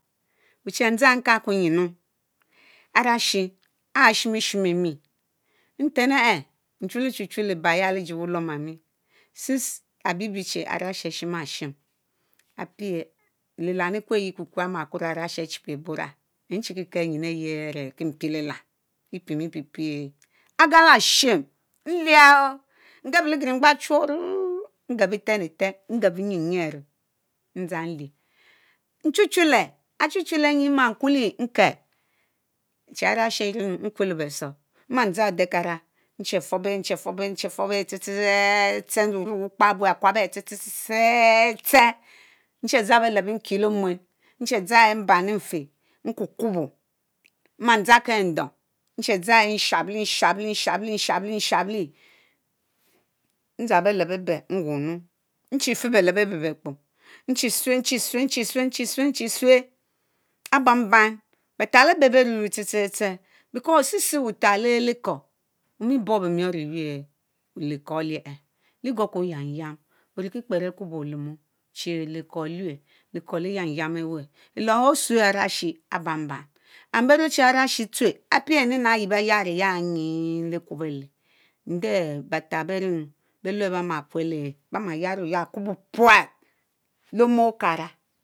Wuchi ndzan nkal kue nyinu Arashi aré shimishimemi; nten ehh nehule chuchuchu lebal ya legie wuluomami, Since abibie chi Arashi Ashima-Shim apieh liham li kueyi kuku kue amakuorr Aráshi achebura, nchikikel nyin ayie áre mpielelam, Epimipiye Agalashnn nliahoo ngebólé lEgiringbang tehurr ngeb Eten eten ngeb lenyanye row; ndzang nlich, Achuehute nyi mma kuly nkél chi Arashi arie-enong nkuelebésó, mma dzang odeh-kara nehe forrb ehh nehe forrb ehh tsertsertser wukpa ebue tser. tser mma dzang beleb nkiele omuen nche banyi nfeh nkukubo mma dzang kedong n shably nshably ndzang beleb ebeh nwuorr nu nchi fay beleb abéy bekpo nchi Sue, nchisne nehe sue áre-banband betal ebey beh Lulue tsertsertser, because osehseh butal ehh bueh bey ṁme tser tser tser because oh seh seh butal LeLikor Omi bobuemorr eyuerr lee- Kor alikeehh; Ligorka yamyan orikikperr Akubo olemo chi lekor uyounyam Ewen; Elong oh Swear Anashi Abam band And beh rue Chi Arashi tsuerr ápie ininah ayie beh yároya-ṁni le ikuwobele Indeh batat beh rienunu beh wer be my kwello Ehner be my yaroyarr Akubo puat lemo Okara.